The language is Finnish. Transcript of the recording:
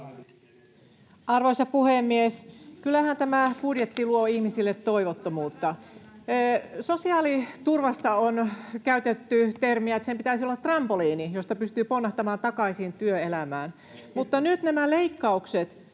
Arvoisa puhemies! Kyllähän tämä budjetti luo ihmisille toivottomuutta. Sosiaaliturvasta on käytetty termiä, että sen pitäisi olla trampoliini, josta pystyy ponnahtamaan takaisin työelämään, mutta nyt nämä leikkaukset,